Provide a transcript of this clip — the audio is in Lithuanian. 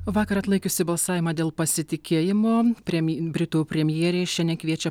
vakar atlaikiusi balsavimą dėl pasitikėjimo premje britų premjerė šiandien kviečia